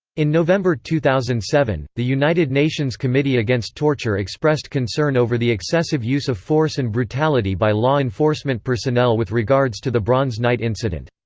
in november two thousand and seven, the united nations committee against torture expressed concern over the excessive use of force and brutality by law enforcement personnel with regards to the bronze night incident.